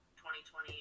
2020